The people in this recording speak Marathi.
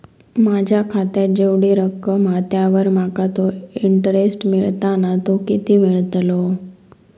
माझ्या खात्यात जेवढी रक्कम हा त्यावर माका तो इंटरेस्ट मिळता ना तो किती मिळतलो?